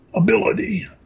ability